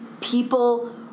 people